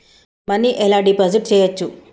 Money ఎలా deposit చేయచ్చు?